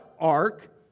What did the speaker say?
ark